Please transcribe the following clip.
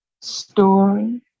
Story